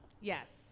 Yes